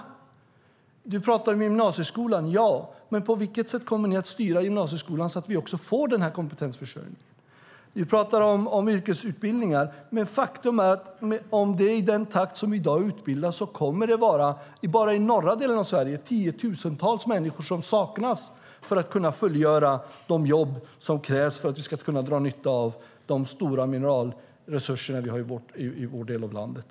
Annie Lööf talar om gymnasieskolan, ja, men på vilket sätt kommer ni att styra gymnasieskolan så att vi får den kompetensförsörjning som behövs? Det talas om yrkesutbildningar, men faktum är att med den takt som människor i dag utbildas kommer det bara i norra delen av Sverige att saknas tiotusentals människor för att kunna fullgöra de jobb som krävs och för att vi ska kunna dra nytta av de stora mineralresurser som finns i vår del av landet.